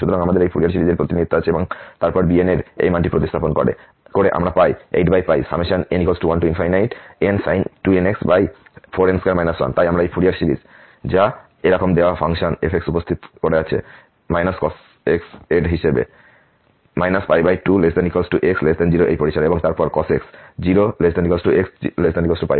সুতরাং আমাদের এই ফুরিয়ার সিরিজের প্রতিনিধিত্ব আছে এবং তারপর bn এর এই মানটি প্রতিস্থাপন করে আমরা পাই 8n1nsin 2nx 4n2 1 তাই আমরা এই ফুরিয়ার সিরিজ যা একরকম দেওয়া ফাংশন fউপস্থাপিত করে আছে cos x এর হিসাবে 2≤x 0 এই পরিসরে এবং তারপর cos x 0≤x≤2 এ